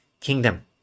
kingdom